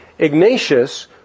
Ignatius